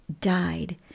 died